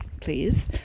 please